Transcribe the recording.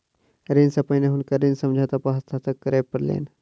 ऋण सॅ पहिने हुनका ऋण समझौता पर हस्ताक्षर करअ पड़लैन